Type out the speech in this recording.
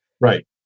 Right